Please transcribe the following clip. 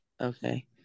Okay